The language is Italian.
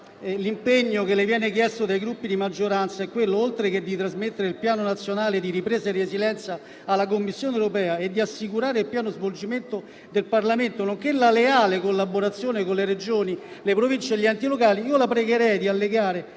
l'impegno che le viene chiesto dai Gruppi di maggioranza è di trasmettere il Piano nazionale di ripresa e resilienza alla Commissione europea, di assicurare il pieno svolgimento del Parlamento, nonché la leale collaborazione con le Regioni, le Province e gli enti locali, la pregherei di allegare